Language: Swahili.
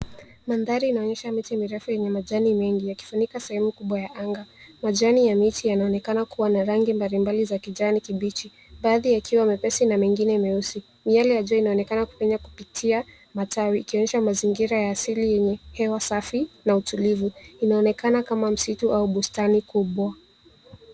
Mandhari inaonyesha miti mirefu yenye majani mengi, yakifunika sehemu kubwa ya anga, majani ya miti yanaonekana kuwa na rangi mbalimbali za kijani kibichi, baadhi yakiwa mepesi, na mengine meusi. Miale ya jua, inaonekana kupenya kupitia matawi, ikionyesha mazingira ya asili yenye hewa safi, na utulivu, inaonekana kama msitu au bustani kubwa.